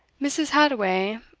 mrs. hadoway,